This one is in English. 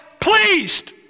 pleased